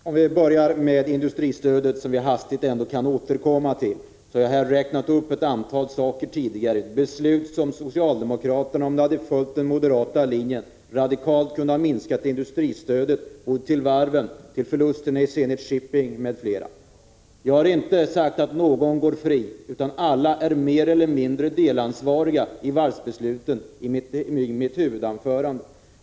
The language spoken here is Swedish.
Fru talman! Låt mig börja med industristödet, som vi ändå hastigt kan återkomma till. Jag har räknat upp ett antal exempel på att socialdemokraterna, om de hade följt den moderata linjen, radikalt hade kunnat minska industristödet, förlusterna på Zenit Shipping AB m.m. Jag har inte sagt att någon går fri, utan jag framhöll i mitt huvudanförande att alla är mer eller mindre delansvariga i varvsbesluten.